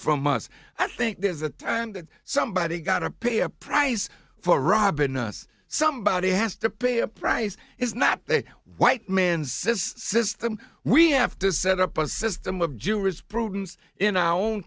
from us i think there's a time that somebody's got to pay a price for robin us somebody has to pay a price it's not a white man's this system we have to set up a system of jurisprudence in our own